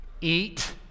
eat